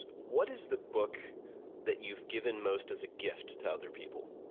what is the book that you've given most as a gift to other people?